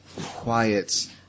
quiet